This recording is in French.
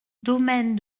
domaine